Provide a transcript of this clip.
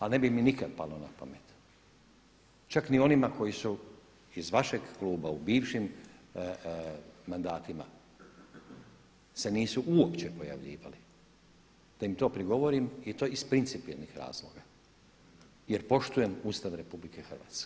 Ali ne bi mi nikad palo na pamet, čak ni onima koji su iz vašeg kluba u bivšim mandatima se nisu uopće pojavljivali da im to prigovorim i to iz principijelnih razloga jer poštujem Ustav RH.